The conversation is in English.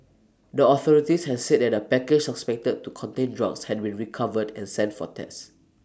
the authorities has said that A package suspected to contain drugs had been recovered and sent for tests